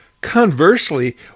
Conversely